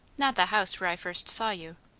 not the house where i first saw you.